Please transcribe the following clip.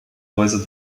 häuser